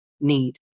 need